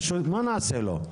מה נעשה לו?